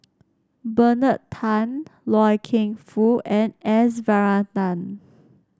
Bernard Tan Loy Keng Foo and S Varathan